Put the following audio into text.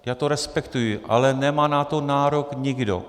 Já to respektuji, ale nemá na to nárok nikdo.